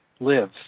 live